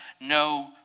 no